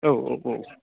औ औ औ